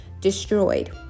destroyed